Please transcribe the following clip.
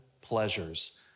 pleasures